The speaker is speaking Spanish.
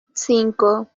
cinco